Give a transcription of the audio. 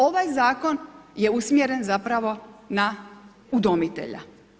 Ovaj zakon je usmjeren zapravo na udomitelja.